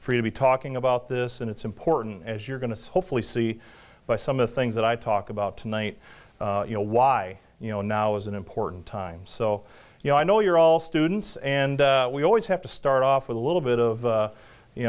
free to be talking about this and it's important as you're going to hopefully see by some of the things that i talk about tonight you know why you know now is an important time so you know i know you're all students and we always have to start off with a little bit of